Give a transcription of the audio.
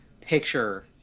picture